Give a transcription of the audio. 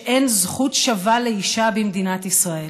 שאין זכות שווה לאישה במדינת ישראל".